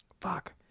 Fuck